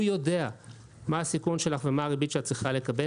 הוא יודע מה הסיכון שלך ומה הריבית שאת צריכה לקבל.